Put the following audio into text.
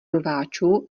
rváčů